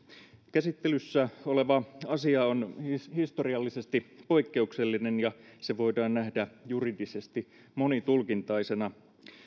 käsittelyssä oleva asia on historiallisesti poikkeuksellinen ja se voidaan nähdä juridisesti monitulkintaisena